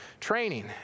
training